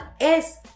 es